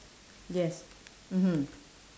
yes mmhmm